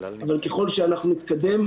אבל ככל שאנחנו נתקדם,